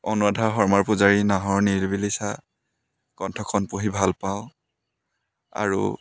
অনুৰাধা শৰ্মাপূজাৰীৰ নাহৰৰ নিৰিবিলি চাঁ গ্ৰন্থখন পঢ়ি ভাল পাওঁ আৰু